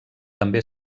també